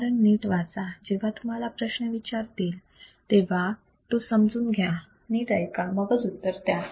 उदाहरण नीट वाचा जेव्हा तुम्हाला प्रश्न विचारतील तेव्हा तो समजून घ्या नीट ऐका मगच उत्तर द्या